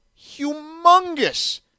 humongous